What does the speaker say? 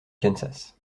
kansas